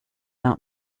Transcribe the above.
not